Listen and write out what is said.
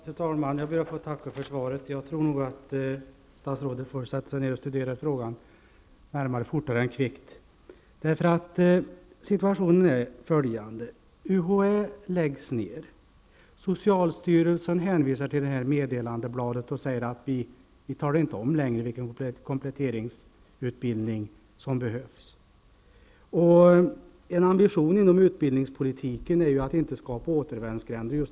Fru talman! Jag ber att få tacka för svaret. Jag tror nog att statsrådet fortare än kvickt får sätta sig ner och studera frågan närmare. Situationen är följande. UHÄ läggs ned. Socialstyrelsen hänvisar till meddelandebladet och säger att den inte längre talar om vilken kompletteringsutbildning som behövs. En ambition inom utbildningspolitiken är ju att det inte skall finnas någon återvändsgränd.